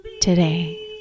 today